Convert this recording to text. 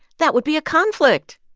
that would be a conflict.